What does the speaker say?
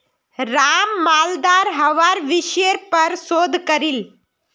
राम मालदार हवार विषयर् पर शोध करील